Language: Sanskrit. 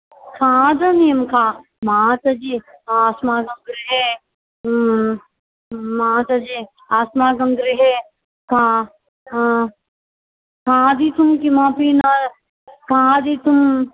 खादनीयं माताजि अस्माकं गृहे ह्म् माताजि अस्माकं गृहे हा हा खादितुं किमपि न खादितुं